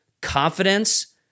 confidence